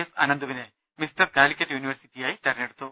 S അനന്ദുവിനെ mister Calicut യൂണിവേഴ്സിറ്റിയായി തെരഞ്ഞെടുത്തു